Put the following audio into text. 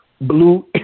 Blue